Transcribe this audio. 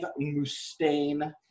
Mustaine